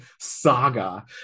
Saga